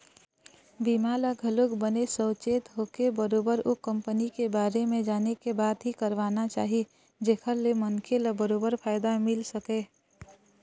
बीमा ल घलोक बने साउचेत होके बरोबर ओ कंपनी के बारे म जाने के बाद ही करवाना चाही जेखर ले मनखे ल बरोबर फायदा मिले सकय